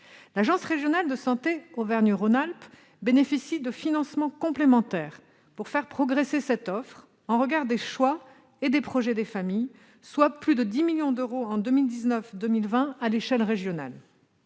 L'agence régionale de santé Auvergne-Rhône-Alpes bénéficie de financements complémentaires pour faire progresser cette offre en regard des choix et des projets des familles. Il s'agit d'un budget, à l'échelle régionale,